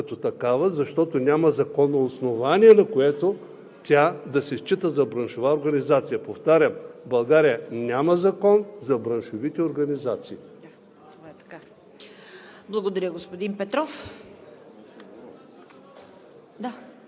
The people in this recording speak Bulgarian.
като такава, защото няма законно основание, на което тя да се счита за браншова организация. Повтарям, в България няма закон за браншовите организации. ПРЕДСЕДАТЕЛ ЦВЕТА